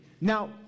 Now